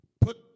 Put